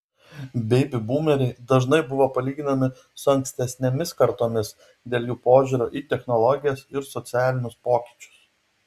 beibi būmeriai dažnai buvo palyginami su ankstesnėmis kartomis dėl jų požiūrio į technologijas ir socialinius pokyčius